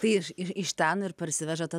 tai iš iš ten ir parsiveža tą